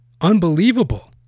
Unbelievable